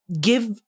give